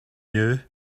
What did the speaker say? you